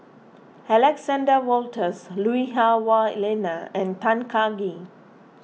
Alexander Wolters Lui Hah Wah Elena and Tan Kah Kee